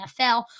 NFL